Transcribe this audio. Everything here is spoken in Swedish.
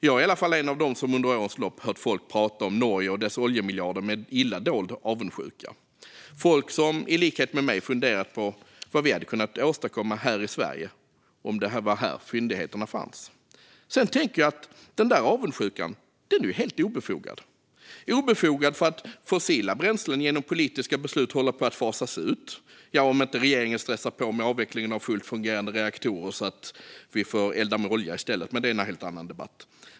Jag är en av dem som under årens lopp hört folk prata om Norge och dess oljemiljarder med en illa dold avundsjuka - folk som i likhet med mig funderat på vad vi hade kunnat åstadkomma här i Sverige om det varit här fyndigheterna fanns. Sedan tänker jag att den där avundsjukan är helt obefogad. Den är obefogad för att fossila bränslen genom politiska beslut håller på att fasas ut - ja, om inte regeringen stressar på med avvecklingen av fullt fungerande reaktorer så att vi får elda med olja i stället, men det är en helt annan debatt.